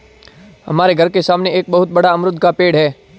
हमारे घर के सामने एक बहुत बड़ा अमरूद का पेड़ है